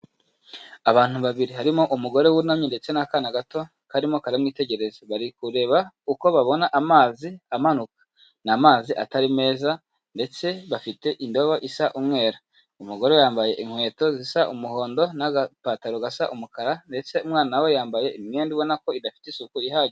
Abantu babiri harimo umugore wunamye ndetse n'akana gato karimo karamwitegereza bari kureba uko babona amazi amanuka, ni amazi atari meza ndetse bafite indobo isa umwera, umugore yambaye inkweto zisa umuhondo n'agapantaro gasa umukara ndetse umwana we yambaye imyenda ubona ko idafite isuku ihagije.